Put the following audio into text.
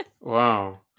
Wow